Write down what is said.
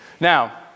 Now